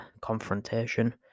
confrontation